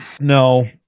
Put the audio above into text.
no